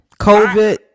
COVID